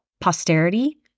posterity